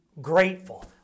grateful